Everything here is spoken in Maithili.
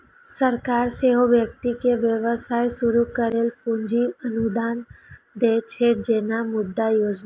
सरकार सेहो व्यक्ति कें व्यवसाय शुरू करै लेल पूंजी अनुदान दै छै, जेना मुद्रा योजना